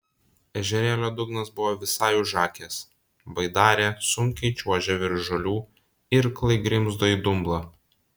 ežerėlio dugnas buvo visai užakęs baidarė sunkiai čiuožė virš žolių irklai grimzdo į dumblą